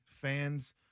Fans